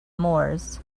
moors